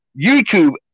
YouTube